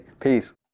Peace